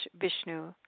Vishnu